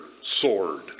sword